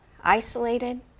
isolated